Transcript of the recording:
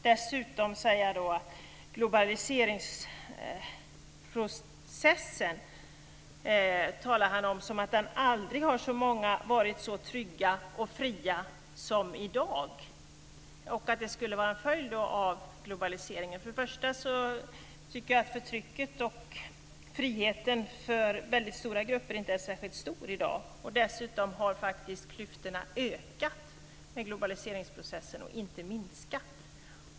Dessutom sade man att aldrig har så många varit så trygga och fria som i dag till följd av globaliseringsprocessen. För det första tycker jag att friheten för väldigt stora grupper inte är särskilt stor i dag, och för det andra har klyftorna ökat med globaliseringsprocessen, inte minskat.